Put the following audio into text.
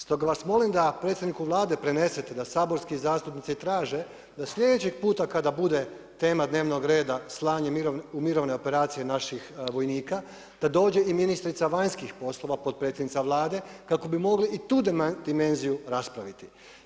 Stoga vas molim da predsjedniku Vlade prenesete da saborski zastupnici traže da sljedećeg puta kada bude tema dnevnog reda slanje u mirovne operacije naših vojnika da dođe i ministrica vanjskih poslova, potpredsjednica Vlade kako bi mogli i tu dimenziju raspraviti.